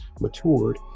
matured